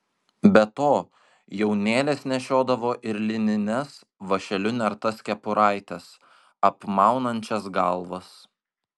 be to jaunėlės nešiodavo ir linines vąšeliu nertas kepuraites apmaunančias galvas